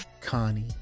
Connie